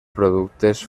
productes